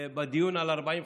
בדיון על 40 חתימות.